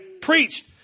preached